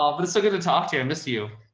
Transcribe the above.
um but so good to talk to you. i miss you.